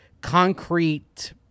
concrete